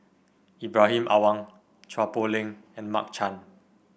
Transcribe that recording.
Ibrahim Awang Chua Poh Leng and Mark Chan